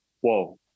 whoa